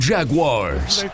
Jaguars